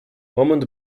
moment